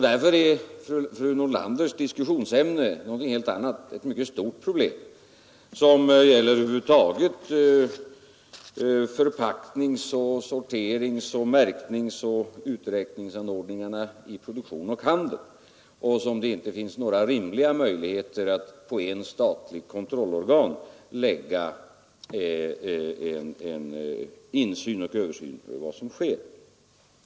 Därför är fru Nordlanders diskussionsämne något helt annat, ett mycket stort problem, som över huvud taget gäller förpacknings-, sorterings-, märkningsoch uträkningsanordningar i produktion och handel, som det inte finns några rimliga möjligheter att genom ett statligt kontrollorgan få insyn i.